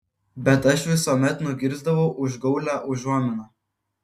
bet aš visuomet nugirsdavau užgaulią užuominą